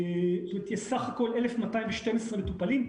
בסך הכול 1,200 מטופלים,